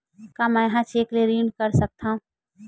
का मैं ह चेक ले ऋण कर सकथव?